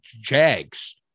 Jags